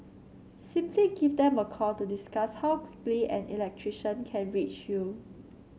simply give them a call to discuss how quickly an electrician can reach you